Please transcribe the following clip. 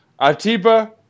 Atiba